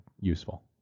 useful